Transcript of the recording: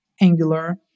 Angular